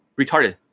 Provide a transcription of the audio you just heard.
retarded